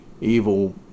evil